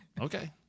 Okay